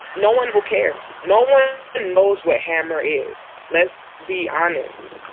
no one will care. no one and knows what hammer is. let's be honest.